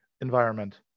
environment